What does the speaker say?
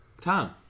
Tom